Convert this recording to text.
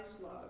love